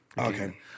Okay